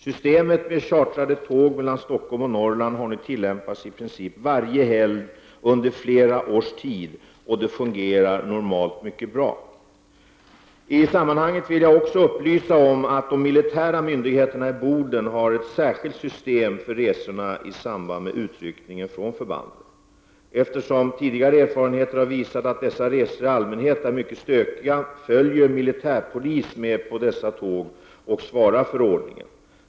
Systemet med chartrade tåg mellan Stockholm och Norrland har tillämpats i princip varje helg under flera års tid, och det fungerar normalt mycket bra. I detta sammanhang vill jag även upplysa om att de militära myndigheterna i Boden har ett särskilt system för resorna i samband med utryckningen från förbanden. Eftersom tidigare erfarenheter har visat att dessa resor i allmänhet är mycket stökiga följer militärpolis med på dessa tåg och svarar för ordningen.